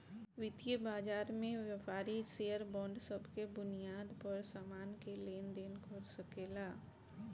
वितीय बाजार में व्यापारी शेयर बांड सब के बुनियाद पर सामान के लेन देन कर सकेला